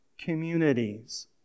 communities